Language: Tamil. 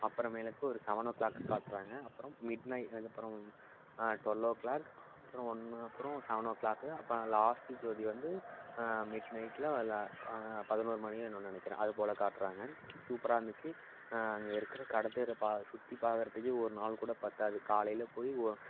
அப்புறமேலுக்கு ஒரு செவன் ஓ க்ளாக்கு காட்டுறாங்க அப்புறம் மிட் நை அது அப்புறம் டுவல் ஓ க்ளாக் அப்புறம் ஒன்று அப்புறம் செவன் ஓ க்ளாக்கு அப்புறம் லாஸ்ட்டு ஜோதி வந்து மிட்நைட்டில் ல ப பதினோரு மணியோ என்னவோ நினைக்கிறேன் அது போல் காட்டுறாங்க சூப்பராக இருந்துச்சு அங்கே இருக்கிற கடைத்தெர பா சுற்றி பார்க்குறத்துக்கே ஒரு நாள் கூட பத்தாது காலையில் போய் ஓ